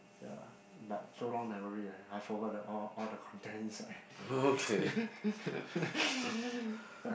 ya but so long never read already I forgot the all all the content inside